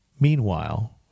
Meanwhile